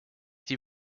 die